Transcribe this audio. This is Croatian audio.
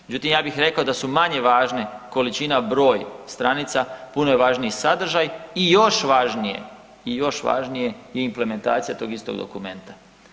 Međutim, ja bih rekao da su manje važni količina, broj stranica, puno je važniji sadržaji i još važnije, i još važnije implementacija tog istog dokumenta.